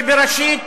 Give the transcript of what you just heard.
שבראשית